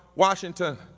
washington,